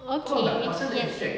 okay yes